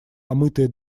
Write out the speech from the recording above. омытая